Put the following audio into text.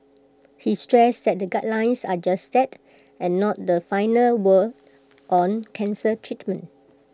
he stressed that the guidelines are just that and not the final word on cancer treatment